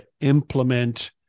implement